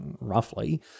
roughly